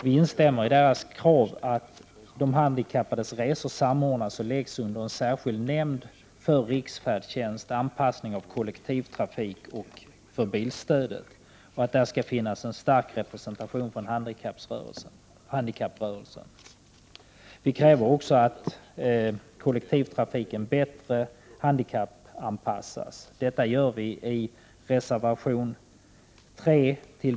Vi instämmer i handikapprörelsens krav på att de handikappades resor skall samordnas och läggas under en särskild nämnd för riksfärdtjänst, anpassning av kollektivtrafik, och för bilstödet. Där bör det också finnas en stark representation från handikapprörelsen. Vi kräver också att kollektivtrafiken handikappanpassas bättre.